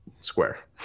square